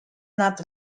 not